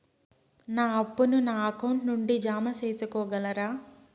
నా అప్పును నా అకౌంట్ నుండి జామ సేసుకోగలరా?